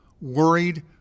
worried